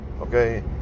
okay